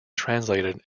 translated